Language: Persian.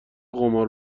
قمار